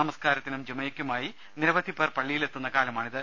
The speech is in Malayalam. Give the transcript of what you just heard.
നമസ്കാരത്തിനും ജുമയ്ക്കുമായി നിരവധി പേർ പള്ളിയിലെത്തുന്ന കാലമാണിത്